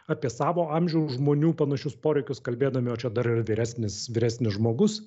apie savo amžiaus žmonių panašius poreikius kalbėdami o čia dar ir vyresnis vyresnis žmogus